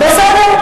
בסדר.